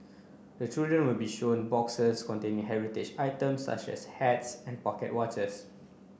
the children will be shown boxes containing heritage items such as hats and pocket watches